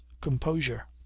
composure